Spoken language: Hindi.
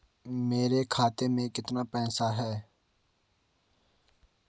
मेरे खाते में कितना पैसा है?